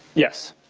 yes.